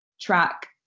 track